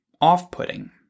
off-putting